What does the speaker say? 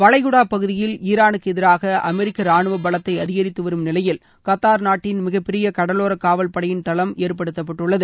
வளைகுடா பகுதியில் ஈரானுக்கு எதிராக அமெரிக்கா ரானுவ பலத்தை அதிகரித்துவரும் நிலையில் கத்தார் நாட்டின் மிகப்பெரிய கடலோர காவல்படையின் தளம் ஏற்படுத்தப்பட்டுள்ளது